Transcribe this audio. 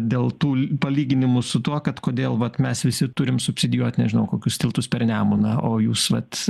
dėl tų palyginimų su tuo kad kodėl vat mes visi turim subsidijuot nežinau kokius tiltus per nemuną o jūs vat